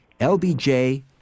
LBJ